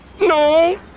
No